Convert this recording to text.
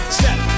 step